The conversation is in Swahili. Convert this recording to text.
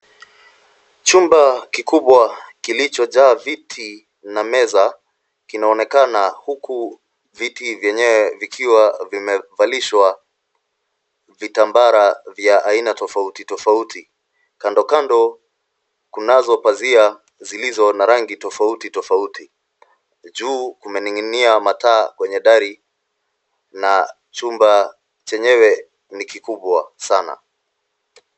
Chumba kikubwa kilichojaa viti na meza kinaonekana huku viti vyenyewe vikiwa vimevalishwa vitambara vya aina tofauti tofauti. Kando kando kunazo pazia zilizo na rangi tofauti tofauti. Juu kumening'inia mataa kwenye dari na chumba chenyewe ni kikubwa sana.